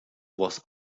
was